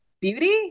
Beauty